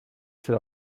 ser